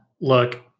look